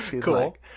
Cool